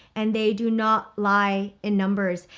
and they do not lie in numbers.